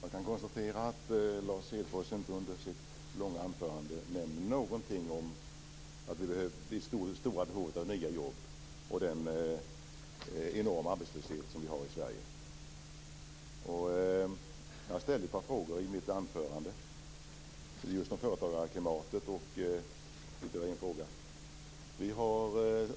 Fru talman! Lars Hedfors nämnde inte någonting under sitt långa anförande om det stora behovet av nya jobb och den enorma arbetslöshet som vi har i Jag ställde ett par frågor i mitt anförande bl.a. om företagsklimatet.